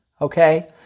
okay